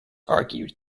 argued